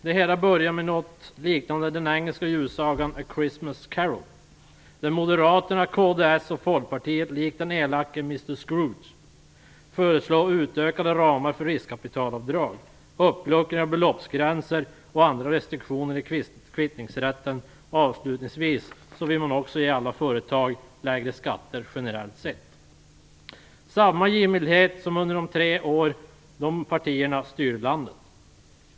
Det hela börjar med något som liknar den engelska julsagan A Christmas Carol. Moderaterna, Folkpartiet och kds föreslår likt den elake Mr Scrooge utökade ramar för riskkapitalavdrag och uppluckring av beloppsgränser och andra restriktioner i kvittningsrätten. Avslutningsvis vill man också ge alla företag lägre skatter generellt sett. Det är samma givmildhet som under de tre år dessa partier styrde landet.